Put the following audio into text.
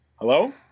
Hello